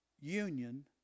union